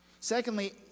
Secondly